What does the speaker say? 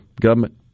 government